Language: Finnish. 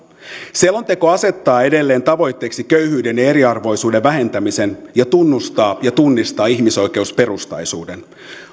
selonteko asettaa edelleen tavoitteeksi köyhyyden ja eriarvoisuuden vähentämisen ja tunnustaa ja tunnistaa ihmisoikeusperustaisuuden